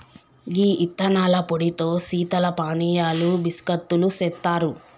గీ యిత్తనాల పొడితో శీతల పానీయాలు బిస్కత్తులు సెత్తారు